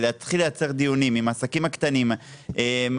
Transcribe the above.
להתחיל לייצר דיונים עם העסקים הקטנים או